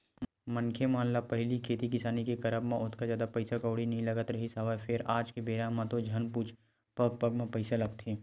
मनखे मन ल पहिली खेती किसानी के करब म ओतका जादा पइसा कउड़ी नइ लगत रिहिस हवय फेर आज के बेरा म तो झन पुछ पग पग म पइसा लगथे